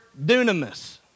dunamis